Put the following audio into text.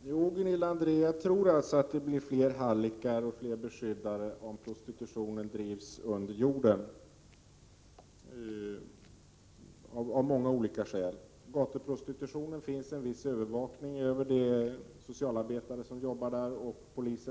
Herr talman! Jo, Gunilla André, jag tror att det blir fler hallickar och fler beskyddare om prostitutionen drivs under jorden, av många skäl. Gatuprostitutionen sker det en viss övervakning av, genom socialarbetare och polis.